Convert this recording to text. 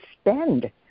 spend